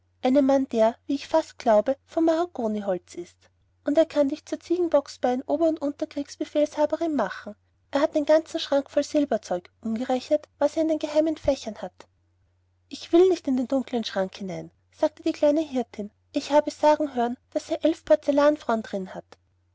einen mann der wie ich fast glaube von mahagoniholz ist er kann dich zur ziegenbocksbein ober und unterkriegsbefehlshaberin machen er hat den ganzen schrank voll silberzeug ungerechnet was er in den geheimen fächern hat ich will nicht in den dunkeln schrank hinein sagte die kleine hirtin ich habe sagen hören daß er elf porzellanfrauen darin hat